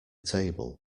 table